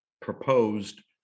proposed